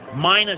minus